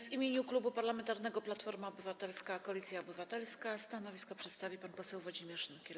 W imieniu Klubu Parlamentarnego Platforma Obywatelska - Koalicja Obywatelska stanowisko przedstawi pan poseł Włodzimierz Nykiel.